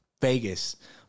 Vegas –